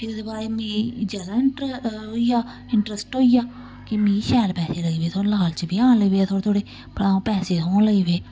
फ्ही ओह्दे बाद च मी ज्यादा इंट होई गेआ इंटरस्ट होई गेआ कि मिगी शैल पैहे लगी पे थ्होन लालच बी आन लगी पेआ थोह्ड़े थोह्ड़े भला हून पैसे थ्होन लगी पे